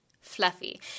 fluffy